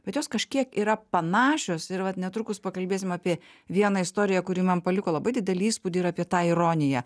bet jos kažkiek yra panašios ir vat netrukus pakalbėsim apie vieną istoriją kuri man paliko labai didelį įspūdį ir apie tą ironiją